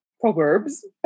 proverbs